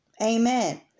Amen